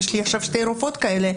יש לי עכשיו שתי רופאות כאלה,